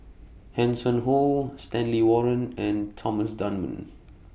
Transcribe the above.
Hanson Ho Stanley Warren and Thomas Dunman